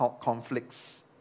conflicts